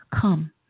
come